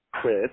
Quit